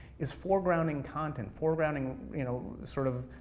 is foregrounding content, foregrounding, you know sort of,